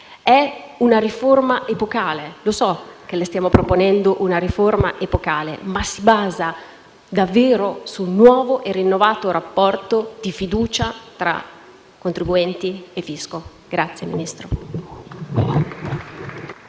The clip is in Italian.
È una riforma epocale - lo so che le stiamo proponendo una riforma epocale - che si basa davvero su un nuovo e rinnovato rapporto di fiducia tra contribuenti e fisco.